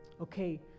Okay